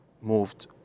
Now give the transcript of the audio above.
moved